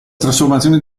trasformazione